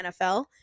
NFL